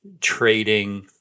trading